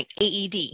AED